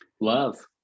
Love